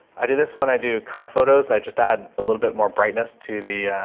i do this when i do car photos i just add a little bit more brightness to the, ah,